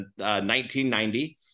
1990